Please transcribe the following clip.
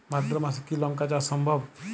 ভাদ্র মাসে কি লঙ্কা চাষ সম্ভব?